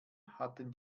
hatten